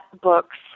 books